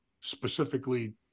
specifically